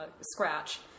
scratch